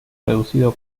reducido